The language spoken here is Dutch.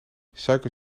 suiker